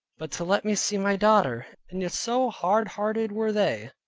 but to let me see my daughter and yet so hard-hearted were they,